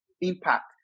impact